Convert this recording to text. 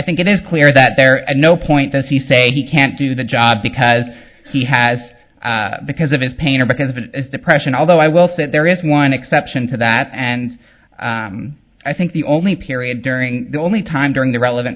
think it is clear that there is no point does he say he can't do the job because he has because of his pain or because of depression although i will sit there is one exception to that and i think the only period during the only time during the relevant